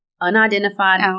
unidentified